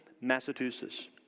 Massachusetts